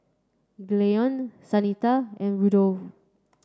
Gaylon Shanita and Rudolfo